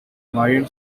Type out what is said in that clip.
marion